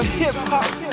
hip-hop